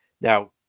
Now